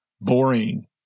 boring